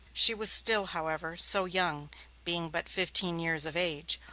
she was still, however, so young being but fifteen years of age,